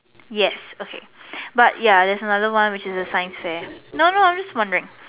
yes okay but ya there is another one which the science fair no no I'm just wondering